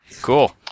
Cool